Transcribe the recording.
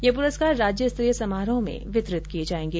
ये प्रस्कार राज्य स्तरीय समारोह में वितरित किए जायेंगे